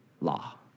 law